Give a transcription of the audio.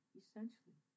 essentially